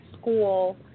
school